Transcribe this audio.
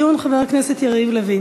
חבלי ארץ או שינוי בתוואי